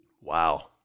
Wow